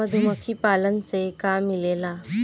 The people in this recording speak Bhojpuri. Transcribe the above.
मधुमखी पालन से का मिलेला?